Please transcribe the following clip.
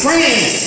friends